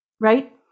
right